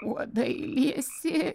uodai liesi